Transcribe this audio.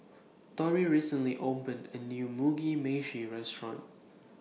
Torrie recently opened A New Mugi Meshi Restaurant